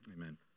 Amen